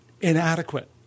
inadequate